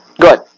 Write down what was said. Good